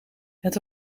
het